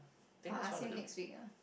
I'll ask him next week ah